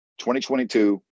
2022